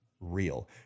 real